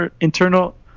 internal